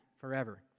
forever